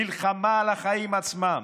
מלחמה על החיים עצמם,